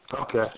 Okay